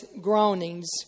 groanings